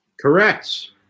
Correct